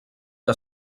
que